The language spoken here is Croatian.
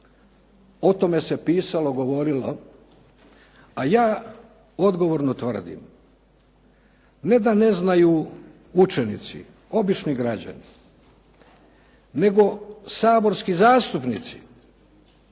O tome se pisalo, govorilo, a ja odgovorno tvrdim, ne da ne znaju učenici, obični građani, nego saborski zastupnici,